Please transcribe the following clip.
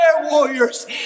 warriors